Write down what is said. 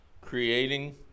creating